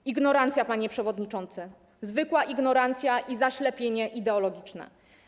To ignorancja, panie przewodniczący, zwykła ignorancja i zaślepienie ideologiczne.